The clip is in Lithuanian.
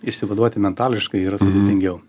išsivaduoti mentališkai yra sudėtingiau